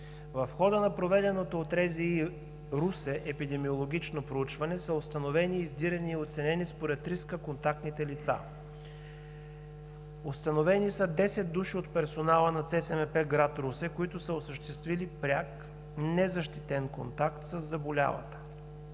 В хода на проведеното от РЗИ – Русе, епидемиологично проучване са установени, издирани и оценени според риска контактните лица. Установени са десет души от персонала на ЦСМП – град Русе, които са осъществили пряк незащитен контакт със заболялата.